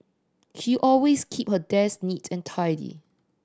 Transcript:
she always keep her desk neat and tidy